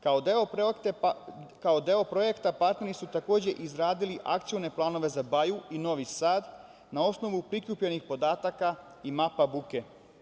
Kao deo projekta partneri su takođe izradili akcione planove za Baju i Novi Sad, na osnovu prikupljenih podataka i mapa buke.